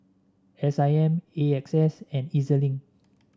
S I M A X S and E Z Link